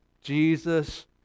Jesus